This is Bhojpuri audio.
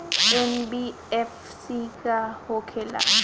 एन.बी.एफ.सी का होंखे ला?